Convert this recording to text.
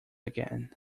again